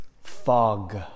Fog